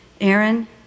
Aaron